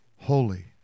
Holy